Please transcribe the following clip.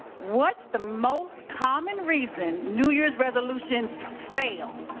what's the most common reason new year's resolutions fail?